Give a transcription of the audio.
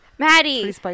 Maddie